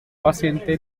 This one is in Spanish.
paciente